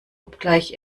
obgleich